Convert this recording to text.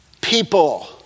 people